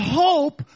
hope